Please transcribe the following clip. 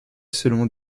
selon